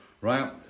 Right